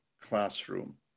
classroom